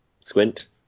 Squint